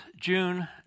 June